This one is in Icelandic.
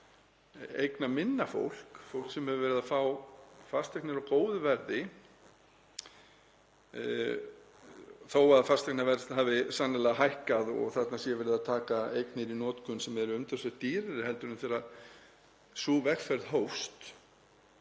verið eignaminna fólk sem hefur verið að fá fasteignir á góðu verði. Þó að fasteignaverð hafi sannarlega hækkað og þarna sé verið að taka eignir í notkun sem eru umtalsvert dýrari heldur en þegar sú vegferð hófst